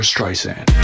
Streisand